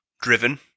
Driven